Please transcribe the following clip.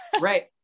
Right